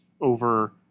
over